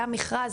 היה מכרז,